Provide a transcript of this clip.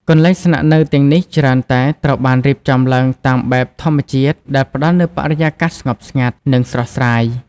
កន្លែងស្នាក់នៅទាំងនេះច្រើនតែត្រូវបានរៀបចំឡើងតាមបែប ធម្មជាតិ ដែលផ្តល់នូវបរិយាកាសស្ងប់ស្ងាត់ និងស្រស់ស្រាយ។